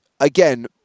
again